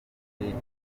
burundi